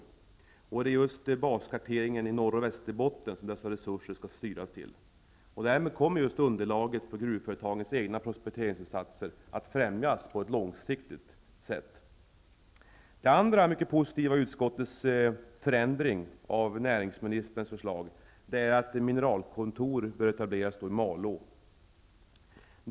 Resurserna skall styras till just baskarteringen i Norr och Västerbotten. Därmed kommer underlaget för gruvföretagens egna prospekteringsinsatser att främjas på ett långsiktigt sätt. Det andra positiva i utskottets förslag till förändring av näringsministerns förslag är att ett mineralkontor bör etableras i Malå.